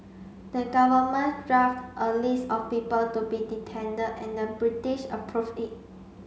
the governments draft a list of people to be and the British approved it